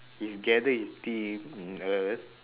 he gather his team